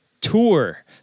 Tour